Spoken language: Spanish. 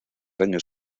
años